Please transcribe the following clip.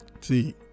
See